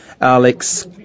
Alex